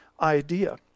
idea